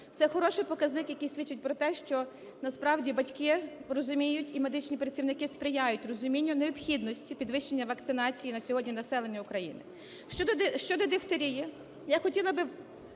Це хороший показник, який свідчить про те, що насправді і батьки розуміють, і медичні працівники сприяють розумінню необхідності підвищення вакцинації на сьогодні населення України. Щодо дифтерії. Я хотіла би